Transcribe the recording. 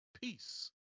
peace